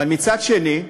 אבל מצד שני,